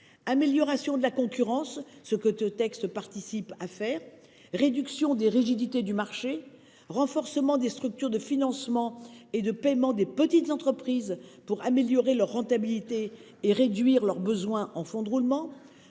améliorer la concurrence – ce texte y contribue déjà –; réduire les rigidités des marchés ; renforcer les structures de financement et de paiement des petites entreprises pour améliorer leur rentabilité et réduire leur besoin en fonds de roulement